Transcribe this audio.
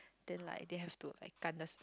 then like they have to like 敢